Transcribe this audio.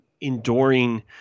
enduring